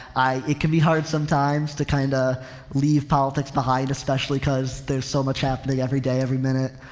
i, it can be hard sometimes to kind of leave politics behind especially because there's so much happening every day, every minute.